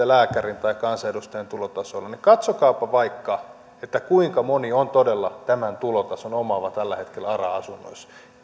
lääkärin tai kansanedustajan tulotasolla niin katsokaapa vaikka kuinka moni on todella tämän tulotason omaava tällä hetkellä ara asunnoissa